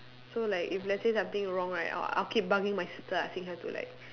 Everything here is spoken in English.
so like if let's say something wrong right I'll I'll keep bugging my sister asking her to like